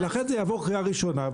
ולכן זה יעבור קריאה ראשונה,